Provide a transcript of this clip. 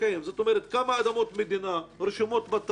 כלומר כמה אדמות מדינה רשומות בטאבו,